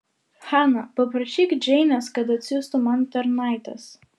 hana paprašyk džeinės kad atsiųstų man tarnaites